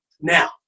Now